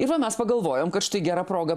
ir va mes pagalvojom kad štai gera proga